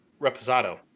reposado